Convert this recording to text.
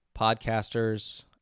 podcasters